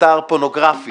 אתר פורנוגרפי